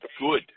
good